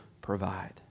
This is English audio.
provide